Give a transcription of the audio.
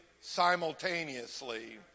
simultaneously